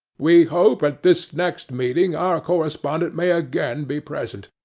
we hope at this next meeting our correspondent may again be present,